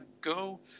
go